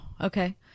Okay